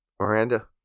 Miranda